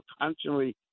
constantly